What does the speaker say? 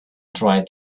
dried